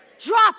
Drop